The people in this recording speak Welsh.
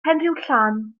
penrhiwllan